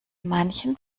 manchen